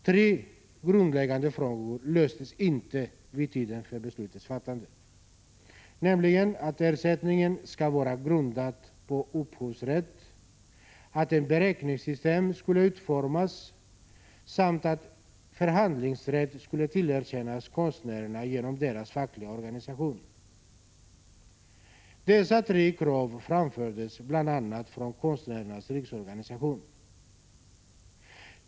Tre grundläggande frågor löstes inte vid tiden för beslutets fattande, nämligen att ersättningen skulle vara grundad på upphovsrätt, att ett beräkningssystem skulle utformas samt att förhandlingsrätt skulle tillerkännas konstnärerna genom deras fackliga organisation. Dessa tre krav framfördes bl.a. från Konstnärernas riksorganisation.